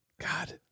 God